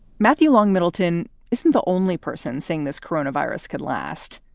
matthew long middleton isn't the only person seeing this corona virus could last.